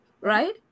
right